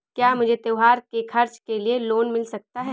क्या मुझे त्योहार के खर्च के लिए लोन मिल सकता है?